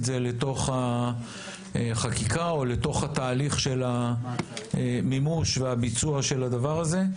זה לתוך החקיקה או לתוך התהליך של המימוש והביצוע של הדבר הזה.